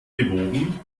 gewoben